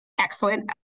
Excellent